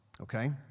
okay